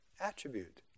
attribute